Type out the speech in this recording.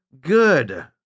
good